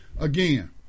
again